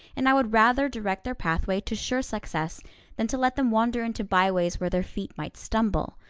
and i would rather direct their pathway to sure success than to let them wander into byways where their feet might stumble.